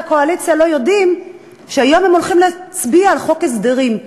הקואליציה לא יודעים שהיום הם הולכים להצביע על חוק הסדרים.